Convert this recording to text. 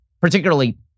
particularly